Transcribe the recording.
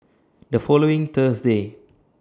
The following Thursday